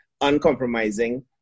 uncompromising